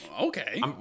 Okay